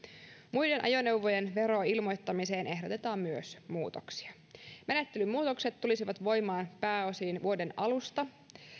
muiden ajoneuvojen veroilmoittamiseen ehdotetaan myös muutoksia menettelymuutokset tulisivat voimaan pääosin vuoden alusta